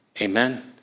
Amen